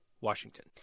Washington